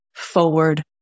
forward